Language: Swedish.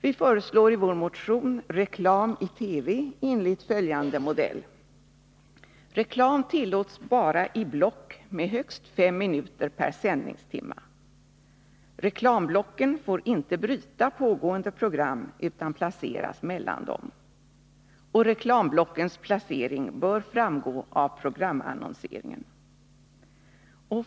Vi föreslår i vår motion reklam i TV enligt följande Medelsanvisningen modell: till radio och tele Reklam tillåts bara i block med högst fem minuter per sändningstimvision, m.m. Reklamblocken får inte bryta pågående program utan placeras mellan dessa. Reklamblockens placering bör framgå av programannonseringen.